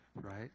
right